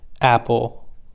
Apple